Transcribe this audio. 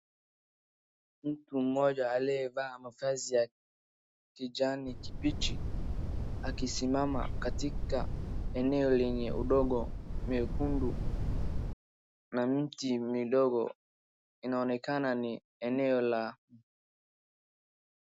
Mtu mmoja aliyevaa mavazi ya kijani kibichi akisimama katika eneo lenye udongo mwekundu na miti midigo inaonekana ni eneo la...